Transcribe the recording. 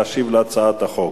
להשיב להצעת החוק.